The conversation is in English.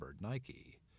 Nike